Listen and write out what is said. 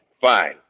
Fine